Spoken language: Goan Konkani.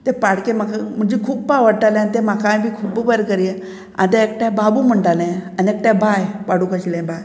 ते पाडके म्हाका म्हणजे खूब आवडटाले आनी ते म्हाकाय बी खूब्ब बरें करी आतां एकठांय बाबू म्हणटाले आनी एकठांय बाय पाडूक आशिल्ले बाय